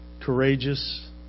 courageous